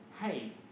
hey